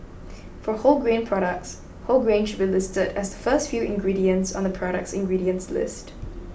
for wholegrain products whole grain should be listed as the first few ingredients on the product's ingredients list